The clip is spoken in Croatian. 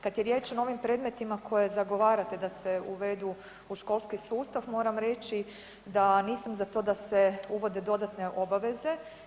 Kad je riječ o novim predmetima koje zagovarate da se uvedu u školski sustav moram reći da nisam za to da se uvode dodatne obaveze.